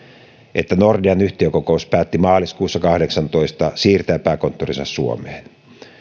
että nordean yhtiökokous päätti maaliskuussa kahdeksantoista siirtää pääkonttorinsa suomeen